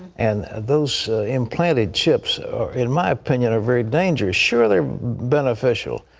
and those implanted chips are in my opinion are very dangerous. sure they're beneficial.